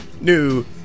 new